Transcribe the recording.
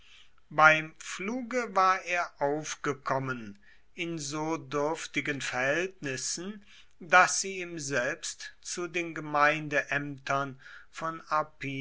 beim pfluge war er aufgekommen in so dürftigen verhältnissen daß sie ihm selbst zu den gemeindeämtern von